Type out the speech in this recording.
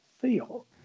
feel